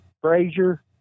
Frazier